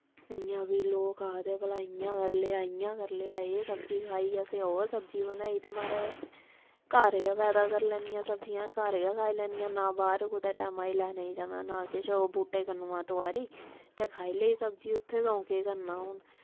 इ'यां बी लोग आखदे भला इ'यां करी लेआ इ'यां करी लेआ एह् सब्जी खाई असें ओह् सब्जी बनाई ते महाराज असें घर गै पैदा करी लैनियां सब्जियां घर गै खाई लैनियां ना बाह्र कुतै टैमा दी लैने गी जाना ना किश ओह् बूह्टे कन्नूआं तुआरी ते खाई लेई सब्जी उत्थै कदूं केह् करना हून